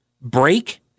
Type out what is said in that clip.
break